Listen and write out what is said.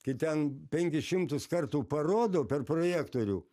kai ten penkis šimtus kartų parodo per projektorių